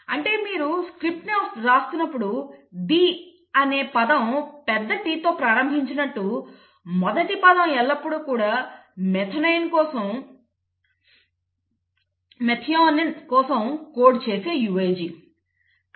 అంటే మీరు స్క్రిప్ట్ని వ్రాస్తున్నప్పుడు ది అనే పదం పెద్ద Tతో ప్రారంభించినట్టు మొదటి పదం ఎల్లప్పుడూ మెథియోనిన్ కోసం కోడ్ చేసే AUG